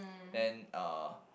then uh